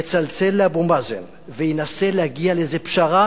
יצלצל לאבו מאזן וינסה להגיע לאיזו פשרה